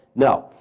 no.